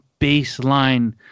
baseline